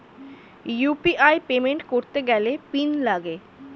UPI payment করতে গেলে PIN লাগে